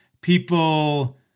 people